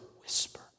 whisper